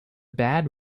bad